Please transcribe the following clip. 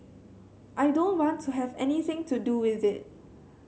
I don't want to have anything to do with it